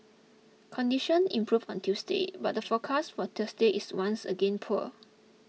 conditions improved on Tuesday but the forecast for Thursday is once again poor